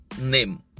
name